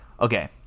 Okay